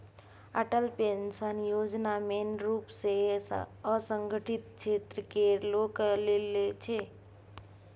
Atal pension योजना मेन रुप सँ असंगठित क्षेत्र केर लोकक लेल छै